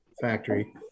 factory